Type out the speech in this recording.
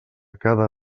cada